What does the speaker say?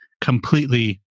completely